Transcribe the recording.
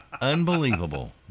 Unbelievable